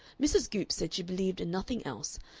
mrs. goopes said she believed in nothing else,